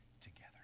together